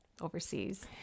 overseas